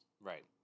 Right